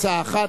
הצעה אחת.